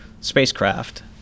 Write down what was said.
spacecraft